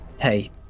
hey